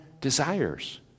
desires